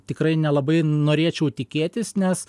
tikrai nelabai norėčiau tikėtis nes